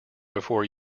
before